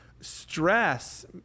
stress